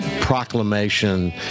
proclamation